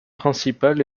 principal